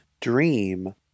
Dream